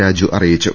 രാജു അറിയിച്ചു